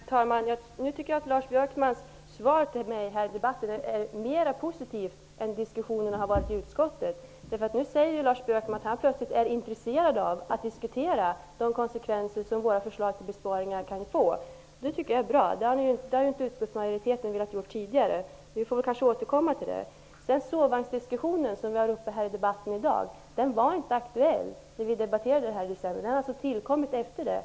Herr talman! Jag tycker att Lars Björkmans svar till mig här i debatten är mer positivt än vad diskussionerna i utskottet har varit. Nu säger Lars Björkman helt plötsligt att han är intresserad av att diskutera de konsekvenser som våra förslag till besparingar kan få. Det är bra. Det har inte utskottsmajoriteten varit intresserad av tidigare. Vi får kanske återkomma till det. Den sovvagnsdiskussion som vi har haft uppe i debatten här i dag var inte aktuell när vi debatterade ärendet i december. Den har alltså tillkommit efter det.